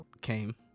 came